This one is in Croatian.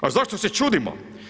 A zašto se čudimo?